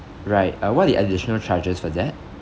right uh what are the additional charges for that